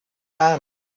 aan